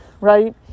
right